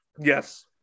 Yes